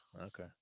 Okay